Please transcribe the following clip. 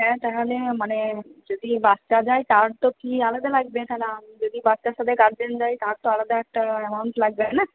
হ্যাঁ তাহলে মানে যদি বাচ্চা যায় তার তো ফী আলাদা লাগবে তাহলে আমি যদি বাচ্চার সাথে গার্জেন যায় তার তো আলাদা একটা অ্যামাউন্ট লাগবে না